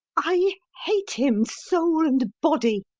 i hate him, soul and body.